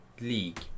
League